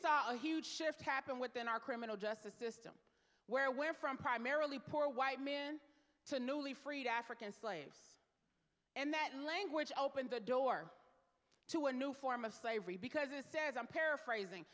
saw a huge shift happen within our criminal justice system where we're from primarily poor white men to newly freed african slaves and that language opened the door to a new form of slavery because it says i'm paraphrasing